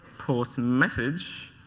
post message.